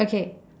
okay